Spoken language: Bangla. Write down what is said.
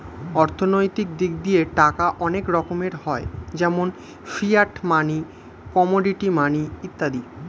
অর্থনৈতিক দিক দিয়ে টাকা অনেক রকমের হয় যেমন ফিয়াট মানি, কমোডিটি মানি ইত্যাদি